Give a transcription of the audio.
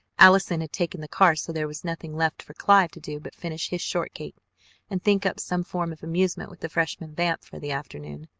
allison had taken the car, so there was nothing left for clive to do but finish his shortcake and think up some form of amusement with the freshman vamp for the afternoon.